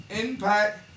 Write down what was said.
Impact